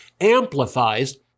amplifies